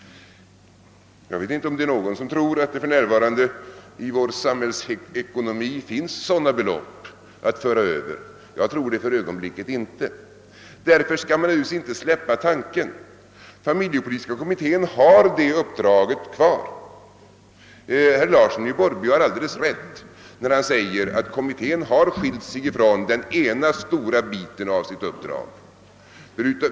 Jag vet inte om det är någon som tror att det för närvarande i vår samhällsekonomi finns sådana belopp att föra över; jag tror det för ögonblicket inte. Därför skall man naturligtvis inte släppa tanken. Familjepolitiska kommittén har detta uppdrag kvar. Herr Larsson i Borrby har alldeles rätt när han säger att kommittén har skilt sig från den ena stora delen av sitt uppdrag.